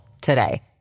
today